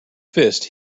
fist